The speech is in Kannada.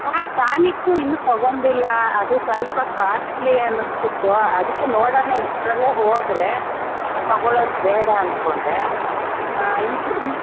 ಹಾಂ ಟಾನಿಕ್ ಇನ್ನೂ ತೊಗೊಂಡಿಲ್ಲ ಅದು ಸ್ವಲ್ಪ ಕಾಸ್ಟ್ಲಿ ಅನಿಸ್ಬಿಡ್ತು ಅದಕ್ಕೆ ನೋಡೊಣ ಇಷ್ಟರಲ್ಲೇ ಹೋದರೆ ಅದು ತೊಗೊಳೋದು ಬೇಡ ಅಂದುಕೊಂಡೆ ಈಗ ಈ